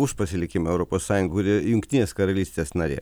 už pasilikimą europos sąjungoj jungtinės karalystės narė